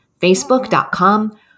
facebook.com